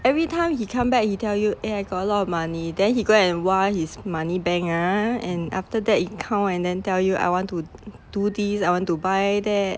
every time he come back he tell you eh I got a lot of money then he go 挖 his money bank ah and after that he count and then tell you I want to do this I want to buy that